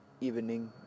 evening